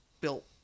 built